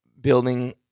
building